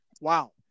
Wow